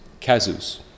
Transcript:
casus